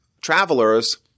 travelers